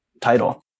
title